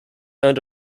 earned